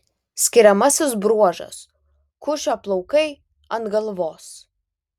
skiriamasis bruožas kušio plaukai ant galvos